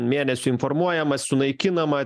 mėnesių informuojamas sunaikinama